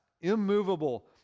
immovable